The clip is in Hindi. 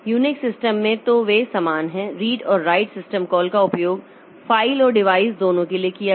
यूनिक्स सिस्टम में तो वे समान हैं रीड और राइट सिस्टम कॉल का उपयोग फाइल और डिवाइस दोनों के लिए किया जाता है